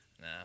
No